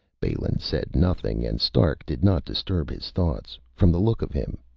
balin said nothing, and stark did not disturb his thoughts. from the look of him,